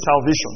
salvation